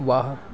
वाह